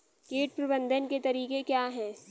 कीट प्रबंधन के तरीके क्या हैं?